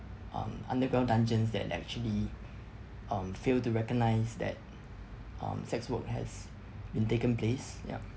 um underground dungeons that actually um failed to recognise that um sex work has been taken place ya